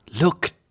Look